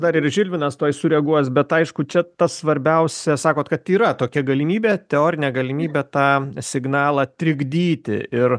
dar ir žilvinas tuoj sureaguos bet aišku čia tas svarbiausia sakot kad yra tokia galimybė teorinė galimybė tą signalą trikdyti ir